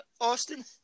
Austin